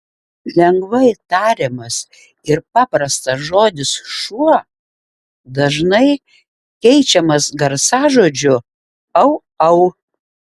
lengvai tariamas ir paprastas žodis šuo dažnai keičiamas garsažodžiu au au